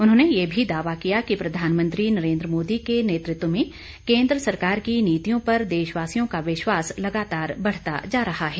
उन्होंने ये भी दावा किया कि प्रधानमंत्री नरेन्द्र मोदी के नेतृत्व में केन्द्र सरकार की नीतियों पर देशवासियों का विश्वास लगातार बढ़ता जा रहा है